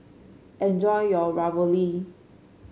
enjoy your Ravioli